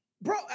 Bro